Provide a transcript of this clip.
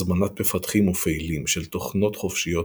הזמנת מפתחים ופעילים של תוכנות חופשיות